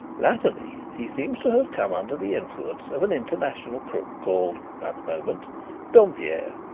latterly he seems to have come under the influence of an international crook called at the moment dompierre,